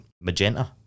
Magenta